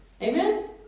Amen